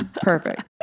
Perfect